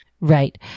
Right